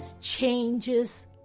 changes